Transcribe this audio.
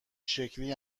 شکلی